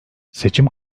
seçim